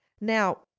Now